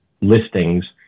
listings